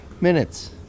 minutes